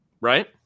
right